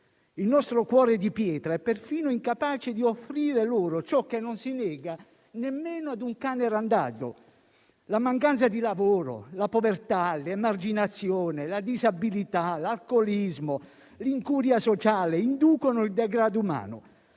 Il nostro cuore di pietra è perfino incapace di offrire loro ciò che non si nega nemmeno a un cane randagio. La mancanza di lavoro, la povertà, l'emarginazione, la disabilità, l'alcolismo e l'incuria sociale inducono il degrado umano.